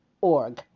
org